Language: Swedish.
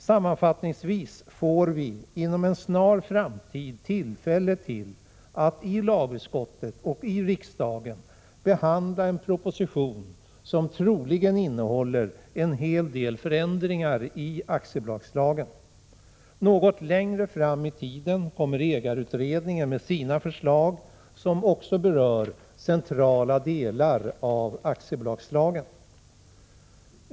Sammanfattningsvis får vi inom en snar framtid tillfälle att i lagutskottet och i riksdagen behandla en proposition som troligen innehåller en hel del förändringar i aktiebolagslagen. Något längre fram i tiden kommer ägarutredningen med sina förslag, som också berör centrala delar av aktiebolagslagen.